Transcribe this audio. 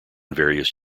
various